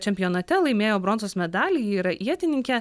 čempionate laimėjo bronzos medalį ji yra ietininkė